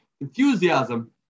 enthusiasm